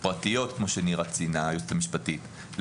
פרטיות כמו שציינה היועצת המשפטית,